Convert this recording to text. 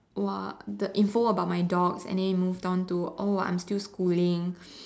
!wah! the info about my dogs and then it moved on to oh I'm still schooling